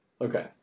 okay